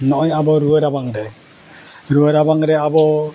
ᱱᱚᱜᱚᱭ ᱟᱵᱚ ᱨᱩᱣᱟᱹ ᱨᱟᱵᱟᱝ ᱨᱮ ᱨᱩᱣᱟᱹ ᱨᱟᱵᱟᱝ ᱨᱮ ᱟᱵᱚ